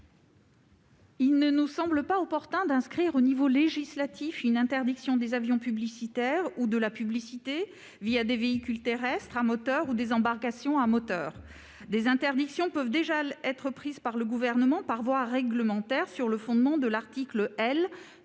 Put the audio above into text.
Il ne nous semble pas opportun d'inscrire dans la loi l'interdiction des avions publicitaires ou de la publicité des véhicules terrestres, à moteur ou des embarcations à moteur. Des interdictions peuvent déjà être décidées par le Gouvernement, par voie réglementaire, sur le fondement de l'article L.